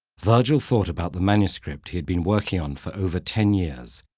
virgil thought about the manuscript he had been working on for over ten years,